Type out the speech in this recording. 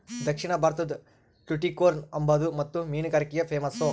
ದಕ್ಷಿಣ ಭಾರತುದ್ ಟುಟಿಕೋರ್ನ್ ಅಂಬಾದು ಮುತ್ತು ಮೀನುಗಾರಿಕ್ಗೆ ಪೇಮಸ್ಸು